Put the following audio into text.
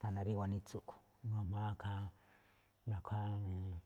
thana rí gunitsu a̱ꞌkhue̱n ga̱jma̱á ikhaa, nakhuáa ja̱ꞌnee.